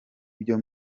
byo